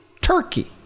turkey